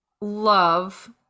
love